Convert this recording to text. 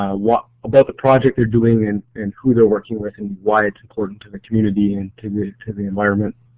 ah about the project they're doing in and who they're working with and why it's important to the community and to the to the environment,